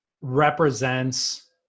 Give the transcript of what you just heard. represents